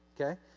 Okay